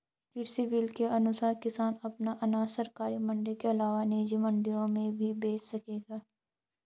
कृषि बिल के अनुसार किसान अपना अनाज सरकारी मंडी के अलावा निजी मंडियों में भी बेच सकेंगे